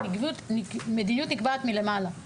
ומדיניות נקבעת מלמעלה.